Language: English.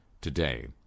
today